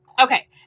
okay